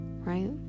right